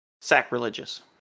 sacrilegious